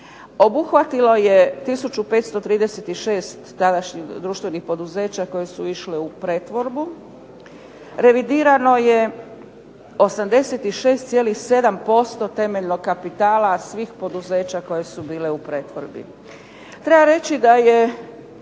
Obuhvatilo je tisuću 536 tadašnjih društvenih poduzeća koje su išle u pretvorbu, revidirano je 86,7% temeljnog kapitala svih poduzeća koja su bila u pretvorbi. Treba reći da je